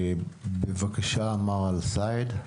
בבקשה, מר שעבן אלסייד.